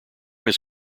his